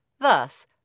Thus